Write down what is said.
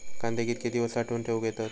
कांदे कितके दिवस साठऊन ठेवक येतत?